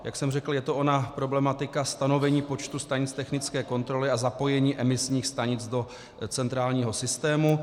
Jak jsem řekl, je to ona problematika stanovení počtu stanic technické kontroly a zapojení emisních stanic do centrálního systému.